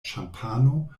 ĉampano